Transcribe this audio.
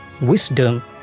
wisdom